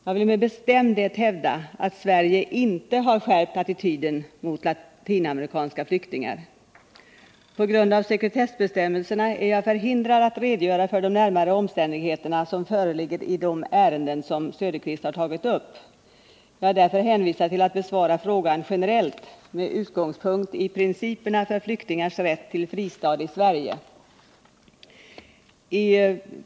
Jag vill med bestämdhet hävda att Sverige inte har skärpt attityden mot latinamerikanska flyktingar. På grund av sekretessbestämmelserna är jag förhindrad att redogöra för de närmare omständigheter som föreligger i de ärenden som herr Söderqvist har tagit upp. Jag är därför hänvisad till att besvara frågan generellt med utgångspunkt i principerna för flyktingars rätt till fristad i Sverige.